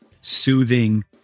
soothing